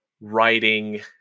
writing